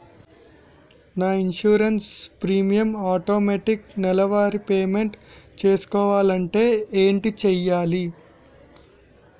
నా insurance premium automatic నెలవారి payment చేసుకోవాలంటే ఏంటి చేయాలి?